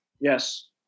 Yes